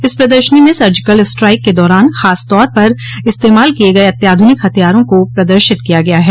इस प्रदर्शनी में सर्जिकल स्ट्राइक के दौरान खासतौर पर इस्तेमाल किये गये अत्याधुनिक हथियारों को प्रदर्शित किया गया है